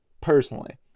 personally